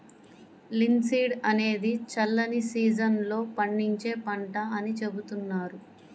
linseed అనేది చల్లని season లో పండించే పంట అని చెబుతున్నారు